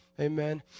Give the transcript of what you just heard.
Amen